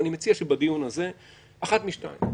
ואני מציע בדיון הזה אחת משתיים,